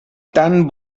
tan